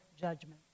judgment